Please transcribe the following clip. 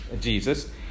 Jesus